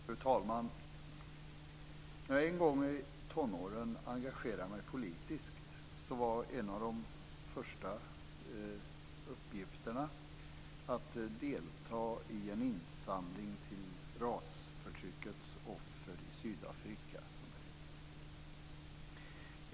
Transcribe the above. Fru talman! När jag en gång i tonåren engagerade mig politiskt var en av de första uppgifterna att delta i en insamling för rasförtryckets offer i Sydafrika.